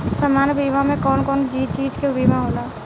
सामान्य बीमा में कवन कवन चीज के बीमा होला?